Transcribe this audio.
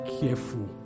careful